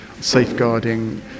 safeguarding